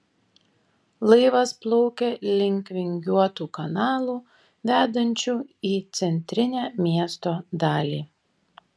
laivas plaukė link vingiuotų kanalų vedančių į centrinę miesto dalį